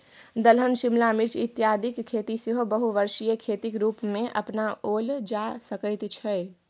दलहन शिमला मिर्च इत्यादिक खेती सेहो बहुवर्षीय खेतीक रूपमे अपनाओल जा सकैत छै